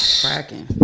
Cracking